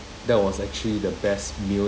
that was actually the best meal